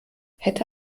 hätte